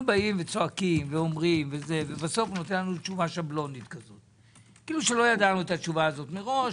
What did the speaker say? אנחנו צועקים ובסוף נותן לנו תשובה שבלונית כאילו לא ידענו אותה מראש.